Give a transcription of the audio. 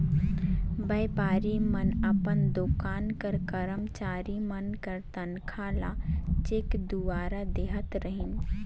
बयपारी मन अपन दोकान कर करमचारी मन कर तनखा ल चेक दुवारा देहत रहिन